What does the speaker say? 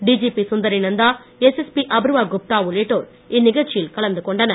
DGP Sundari Nanda SSP Apoorva Gupta உள்ளிட்டோர் இந்நிகழ்ச்சியில் கலந்துகொண்டனர்